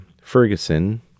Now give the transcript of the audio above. Ferguson